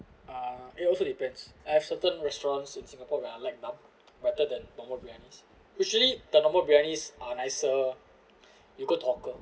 ah it also depends have certain restaurants in singapore where I like dum rather than normal briyanis usually the normal briyanis are nicer you go to hawker